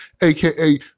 aka